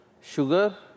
sugar